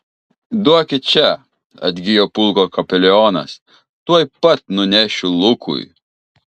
duokit čia atgijo pulko kapelionas tuoj pat nunešiu lukui